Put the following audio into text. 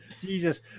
Jesus